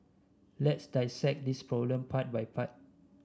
let's dissect this problem part by part